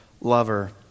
lover